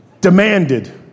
demanded